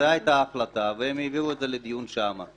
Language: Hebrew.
זו היתה ההחלטה והם העבירו את זה לדיון שם.